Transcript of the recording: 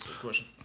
question